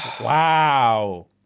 Wow